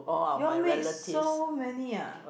you all make so many ah